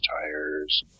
tires